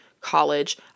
college